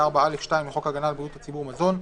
לחוק הגנה על בריאות הציבור (מזון),